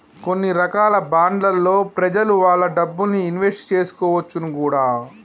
కొన్ని రకాల బాండ్లలో ప్రెజలు వాళ్ళ డబ్బుల్ని ఇన్వెస్ట్ చేసుకోవచ్చును కూడా